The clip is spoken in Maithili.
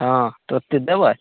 हाँ ततेक देबै